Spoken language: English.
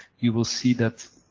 you will see that